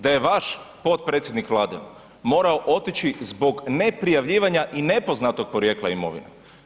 Da je vaš potpredsjednik Vlade morao otići zbog neprijavljivanja i nepoznatog porijekla imovine.